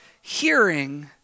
hearing